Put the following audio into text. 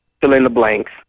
fill-in-the-blanks